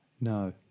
no